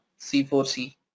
C4C